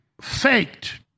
faked